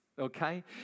Okay